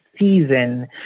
season